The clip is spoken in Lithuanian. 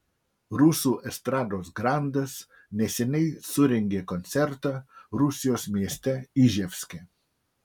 rusų estrados grandas neseniai surengė koncertą rusijos mieste iževske